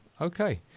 Okay